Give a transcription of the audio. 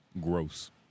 gross